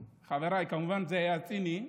חבריי, כמובן שזה היה ציני.